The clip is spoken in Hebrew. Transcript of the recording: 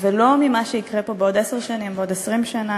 ולא ממה שיקרה פה בעוד עשר שנים, בעוד 20 שנה,